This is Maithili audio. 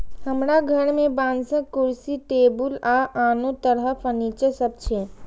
हमरा घर मे बांसक कुर्सी, टेबुल आ आनो तरह फर्नीचर सब छै